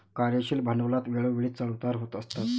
कार्यशील भांडवलात वेळोवेळी चढ उतार होत असतात